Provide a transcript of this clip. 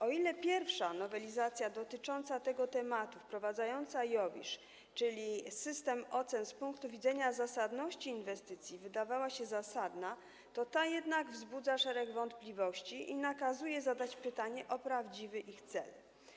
O ile pierwsza nowelizacja dotycząca tego tematu, wprowadzająca IOWISZ, czyli system ocen z punktu widzenia zasadności inwestycji, wydawała się zasadna, o tyle ta jednak wzbudza szereg wątpliwości i nakazuje zadać pytanie o prawdziwy ich cel.